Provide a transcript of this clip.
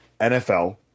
NFL